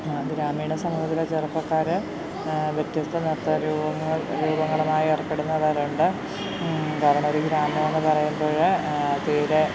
അഭിരാമിയുടെ സഹോദരൻ ചെറുപ്പക്കാർ വ്യത്യസ്ത നൃത്ത രൂപങ്ങൾ രൂപങ്ങളുമായി ഏർപ്പെടുന്നവരുണ്ട് കാരണവഋക്ക് കാണണമെന്ന് പറയുമ്പോൾ തീരെ